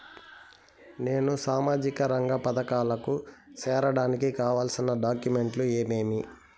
నేను సామాజిక రంగ పథకాలకు సేరడానికి కావాల్సిన డాక్యుమెంట్లు ఏమేమీ?